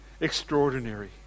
extraordinary